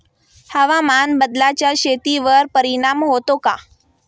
हवामान बदलाचा शेतीवर परिणाम होतो का?